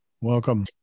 Welcome